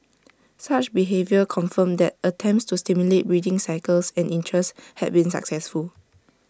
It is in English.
such behaviour confirmed that attempts to stimulate breeding cycles and interest had been successful